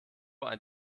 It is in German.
ein